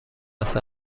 عسل